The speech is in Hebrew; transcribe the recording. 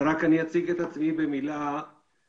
טכניון שמעמיד אותי על איזה שהיא במה שאנשים מצפים שאני אעזור להם.